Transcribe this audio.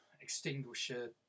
Extinguisher